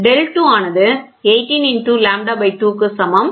del 2 ஆனது 18 lambda 2 க்கு சமம்